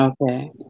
okay